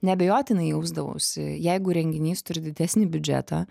neabejotinai jausdavausi jeigu renginys turi didesnį biudžetą